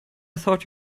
thought